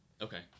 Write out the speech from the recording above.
Okay